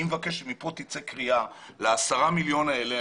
אני מבקש שמכאן תצא קריאה ל-10 מיליון אלה.